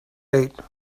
eight